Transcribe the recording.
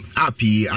happy